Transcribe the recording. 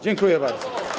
Dziękuję bardzo.